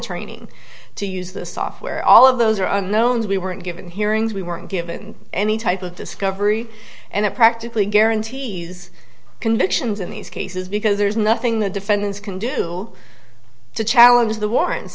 training to use the software all of those are unknowns we weren't given hearings we weren't given any type of discovery and it practically guarantees convictions in these cases because there's nothing the defendants can do to challenge the